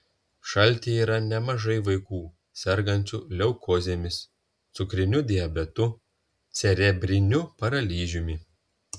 šalyje yra nemažai vaikų sergančių leukozėmis cukriniu diabetu cerebriniu paralyžiumi